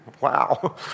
Wow